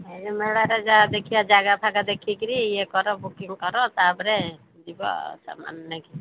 ମେଳାରେ ଯାହା ଦେଖିବା ଯାଗା ଫାଗା ଦେଖିକିନି ଇଏ କର ବୁକିଙ୍ଗ୍ କର ତାପରେ ଯିବା ସାମାନ୍ ନେଇକି